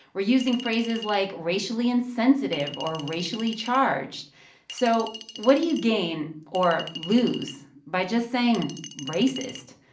we're using phrases like racially-insensitive or racially-charged. so what do you gain or lose by just saying racist?